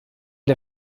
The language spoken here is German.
der